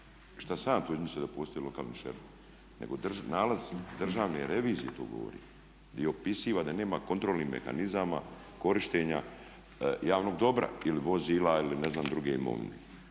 šta sam ja to izmislio da postoji lokalni šerif nego nalaz državne revizije to govori gdje opisuje da nema kontrolnih mehanizama korištenja javnog dobra ili vozila ili ne znam druge imovine.